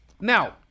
Now